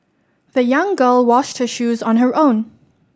the young girl washed her shoes on her own